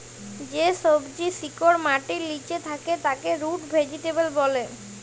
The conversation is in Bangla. যে সবজির শিকড় মাটির লিচে থাক্যে তাকে রুট ভেজিটেবল ব্যলে